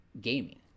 gaming